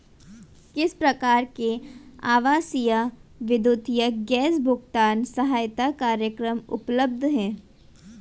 किस प्रकार के आवासीय विद्युत या गैस भुगतान सहायता कार्यक्रम उपलब्ध हैं?